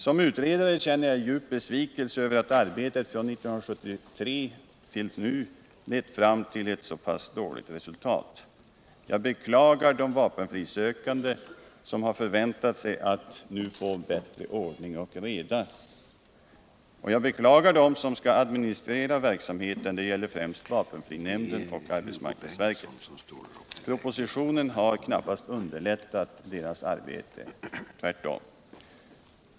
Som utredare känner jag djup besvikelse över att arbetet från 1973 till nu har lett fram till ett så dåligt resultat. Jag beklagar de vapenfrisökande som har förväntat sig att nu få bättre ordning och reda. Jag beklagar dem som skall administrera verksamheten. Det gäller främst vapenfrinämnden och arbetsmarknadsverket. Propositionen har knappast underlättat deras arbete — tvärtom.